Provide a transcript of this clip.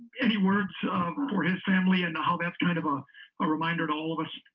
any words for his family and how that's kind of a ah reminder to all of us